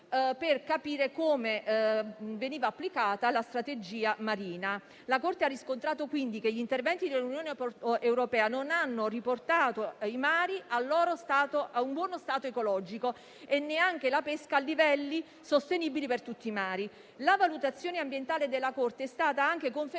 per capire come fosse applicata la strategia marina. La Corte ha riscontrato che gli interventi dell'Unione europea non hanno portato i mari a un buono stato ecologico e neanche la pesca a livelli sostenibili per tutti i mari. La valutazione ambientale della Corte è stata anche confermata